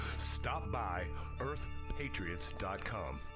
stop by earthpatriots com.